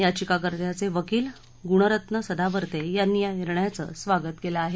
याचिकाकर्त्यांचे वकील गुणरत्न सदावर्ते यांनी या निर्णयाचे स्वागत केले आहे